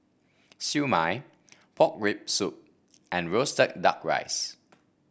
Siew Mai Pork Rib Soup and roasted duck rice